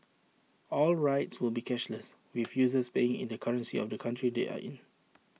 all rides will be cashless with users paying in the currency of the country they are in